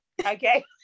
Okay